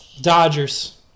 Dodgers